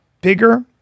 bigger